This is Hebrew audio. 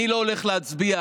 אני לא הולך להצביע.